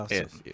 yes